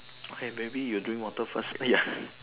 okay maybe you drink water first ya